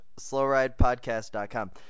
SlowRidePodcast.com